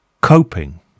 coping